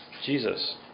Jesus